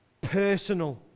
personal